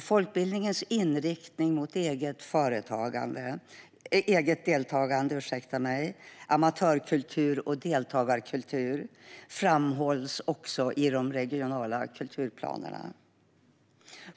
Folkbildningens inriktning mot eget deltagande, amatörkultur och deltagarkultur framhålls också i de regionala kulturplanerna.